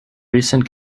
recent